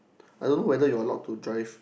I don't know whether you're allowed to drive